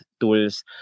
tools